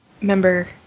member